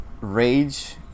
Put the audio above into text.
Rage